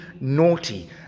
naughty